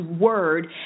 word